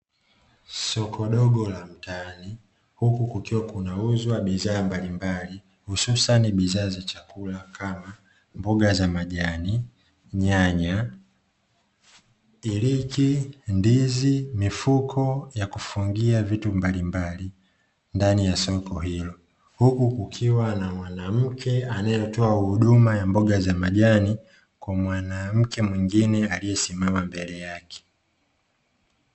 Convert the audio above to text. Soko dogo la mtaani huku kukiwa kunauzwa bidhaa mbalimbali hususan bidhaa za chakula kama mboga za majani nyanya, ilik,i ndizi, mifuko ya kufungia vitu mbalimbali ndani ya soko hilo huku kukiwa na mwanamke anayetoa huduma ya mboga za majani kwa mwanamke mwingine aliyesimama mbele yake.